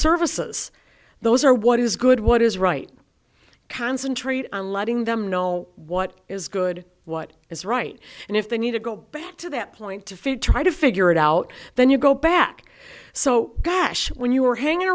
services those are what is good what is right concentrate on letting them know what is good what is right and if they need to go back to that point to feed try to figure it out then you go back so gosh when you were hanging